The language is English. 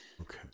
okay